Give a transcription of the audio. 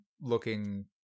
looking